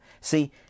See